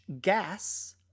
gas